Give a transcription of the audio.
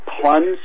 plunge